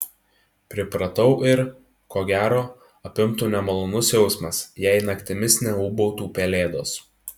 pripratau ir ko gero apimtų nemalonus jausmas jei naktimis neūbautų pelėdos